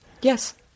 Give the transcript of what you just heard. Yes